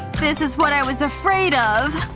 this is what i was afraid of.